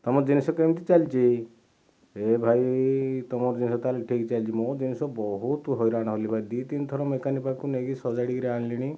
ତମ ଜିନିଷ କେମତି ଚାଲିଛି ହେ ଭାଇ ତମ ଜିନିଷ ତାହେଲେ ଠିକ ଚାଲିଛି ମୋ ଜିନିଷ ବହୁତ ହଇରାଣ ହେଲି ଭାଇ ଦୁଇ ତିନିଥର ମେକାନିକ ପାଖକୁ ନେଇକି ସଜାଡ଼ିକରି ଆଣିଲିଣି